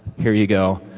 here you go.